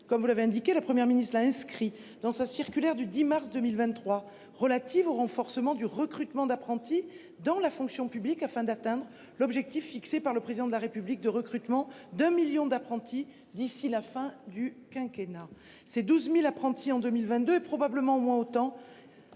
comme vous l'avez indiqué la Première ministre, il a inscrit dans sa circulaire du 10 mars 2023 relative au renforcement du recrutement d'apprentis dans la fonction publique afin d'atteindre l'objectif fixé par le président de la République de recrutement d'un million d'apprentis d'ici la fin du quinquennat. Ces 12.000 apprentis en 2022 et probablement moins autant.